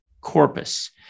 corpus